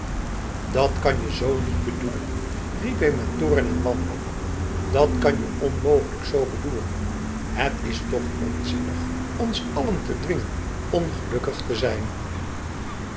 dat kan je zo niet bedoelen riep hij met toorn en wanhoop dat kan je onmogelijk z bedoelen het is toch onzinnig ons allen te dwingen ongelukkig te zijn